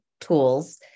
tools